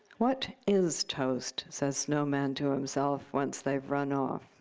what is toast says snowman to himself once they've run off.